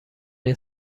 این